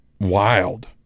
wild